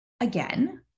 again